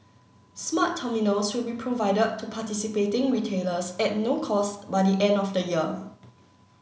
smart terminals will be provided to participating retailers at no cost by the end of the year